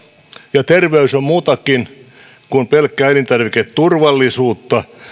ja terveys on muutakin kuin pelkkää elintarviketurvallisuutta